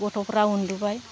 गथ'फ्रा उनदुबाय